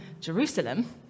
Jerusalem